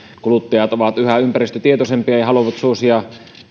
kuluttajat ovat yhä ympäristötietoisempia ja haluavat suosia